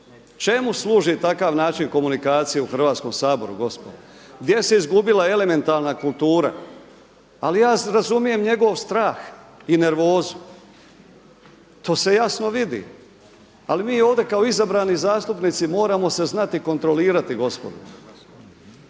Čemu služi takav način komunikacije u Hrvatskom saboru gospodo? Gdje se izgubila elementarna kultura? Ali ja razumijem njegov strah i nervozu, to se jasno vidi. Ali mi ovdje kao izabrani zastupnici moramo se znati kontrolirati gospodo.